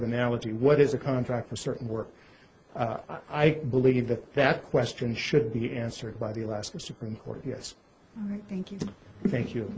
of analogy what is a contract for a certain work i believe that that question should be answered by the last the supreme court yes thank you thank you